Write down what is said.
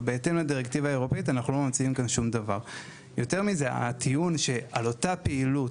יותר מזה, הטיעון שעל אותה פעילות